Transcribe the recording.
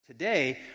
Today